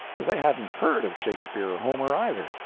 as they hadn't heard of shakespeare or homer either,